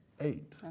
eight